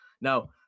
now